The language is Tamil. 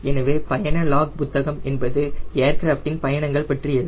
எனவே பயண லாக் புத்தககம் என்பது ஏர்கிராஃப்ட் இன் பயணங்கள் பற்றியது